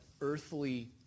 earthly